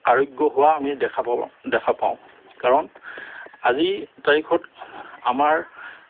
আৰোগ্য হোৱা আমি দেখা পাওঁ দেখা পাওঁ কাৰণ আজি তাৰিখত আমাৰ